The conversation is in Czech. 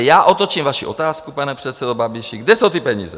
Já otočím vaši otázku: Pane předsedo Babiši, kde jsou ty peníze?